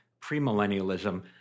premillennialism